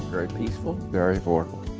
very peaceful, very affordable.